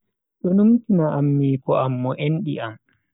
Do numtina am am miko am mo endi am.